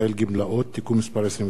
התשע"ב 2012,